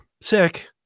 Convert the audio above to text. sick